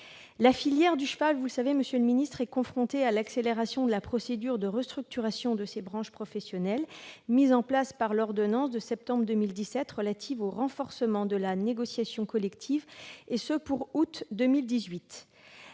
la filière du cheval est confrontée à l'accélération de la procédure de restructuration des branches professionnelles mise en place par l'ordonnance du 22 septembre 2017 relative au renforcement de la négociation collective, et ce pour août 2018.